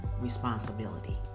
responsibility